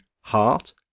heart